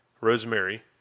Rosemary